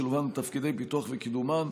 שילובן בתפקידי פיתוח וקידומן,